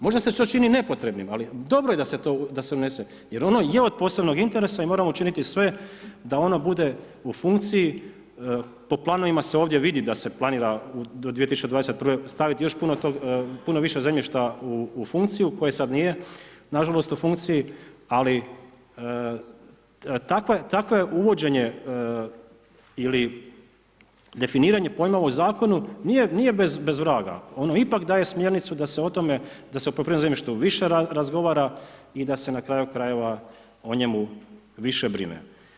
Možda se to čini nepotrebnim, ali dobro je da se to unese, jer ono je od posebnog interesa i moramo učiniti sve da ona bude u funkciji po planovima se ovdje vidi da se planira do 2021. staviti još puno više zemljišta u funkciju koji sada nije nažalost u funkciji, ali takvo uvođenje ili definiranje pojmova u zakonu, nije bez vraga, ono ipak daje smjernicu da se o tome, da se o poljoprivrednom zemljištu više razgovara da se i na kraju krajeva o njemu više brine.